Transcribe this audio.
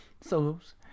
Solos